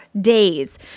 days